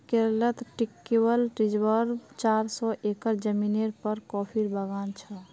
केरलत ट्रैंक्विल रिज़ॉर्टत चार सौ एकड़ ज़मीनेर पर कॉफीर बागान छ